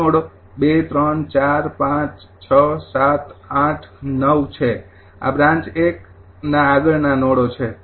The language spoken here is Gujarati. આ નોડ ૨૩૪૫૬૭૮૯ છે આ બ્રાન્ચ ૧ ના આગળના નોડો છે